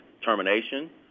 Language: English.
termination